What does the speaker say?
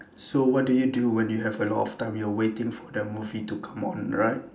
so what do you do when you have a lot of time you are waiting for the movie to come on right